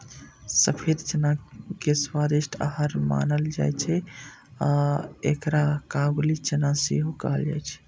सफेद चना के स्वादिष्ट आहार मानल जाइ छै आ एकरा काबुली चना सेहो कहल जाइ छै